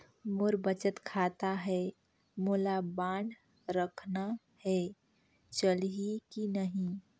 मोर बचत खाता है मोला बांड रखना है चलही की नहीं?